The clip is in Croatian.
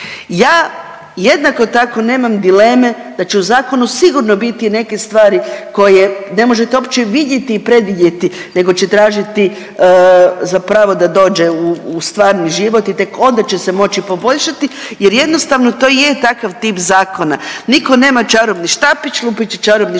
Ja jednako tako nema dileme da će u zakonu sigurno biti neke stvari koje ne možete uopće vidjeti i predvidjeti nego će tražiti zapravo da dođe u stvarni život i tek onda će se moći poboljšati jer jednostavno to i je takav tip zakona. Nitko nema čarobni štapić, lupit će čarobni štapić